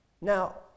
Now